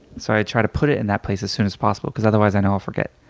so i try to put it in that place as soon as possible because otherwise i know i'll forget.